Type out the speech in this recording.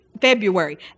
February